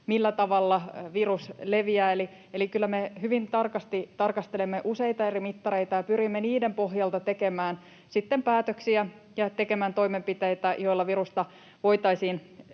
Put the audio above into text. millä tavalla virus leviää. Eli kyllä me hyvin tarkasti tarkastelemme useita eri mittareita ja pyrimme niiden pohjalta tekemään sitten päätöksiä ja tekemään toimenpiteitä, joilla virusta voitaisiin